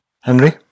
Henry